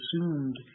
assumed